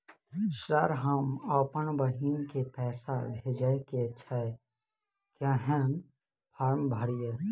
Sir हम अप्पन बहिन केँ पैसा भेजय केँ छै कहैन फार्म भरीय?